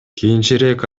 кийинчерээк